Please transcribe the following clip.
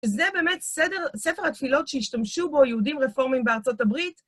זה באמת ספר התפילות שהשתמשו בו יהודים רפורמים בארצות הברית.